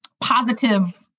Positive